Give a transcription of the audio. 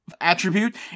attribute